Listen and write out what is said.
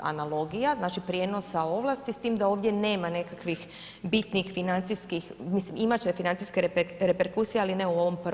analogija znači prijenosa ovlasti s tim da ovdje nema nekakvih bitnih financijskih, mislim imat će financijske reperkusije, ali ne u ovom prvom pro.